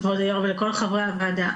כבוד היו"ר ולכל חברי הועדה.